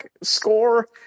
score